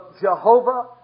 Jehovah